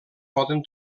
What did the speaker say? poden